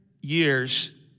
years